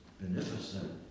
beneficent